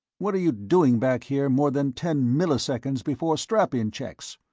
what are you doing, back here more than ten milliseconds before strap-in checks?